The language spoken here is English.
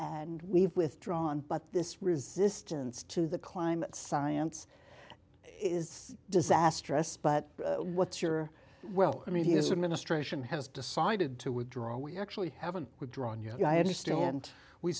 and we've withdrawn but this resistance to the climate science is disastrous but what's your well i mean he is administration has decided to withdraw we actually haven't withdrawn yet i understand we